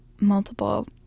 multiple